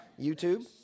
YouTube